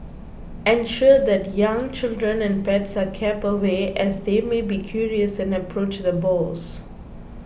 ensure that young children and pets are kept away as they may be curious and approach the boars